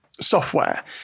software